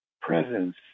presence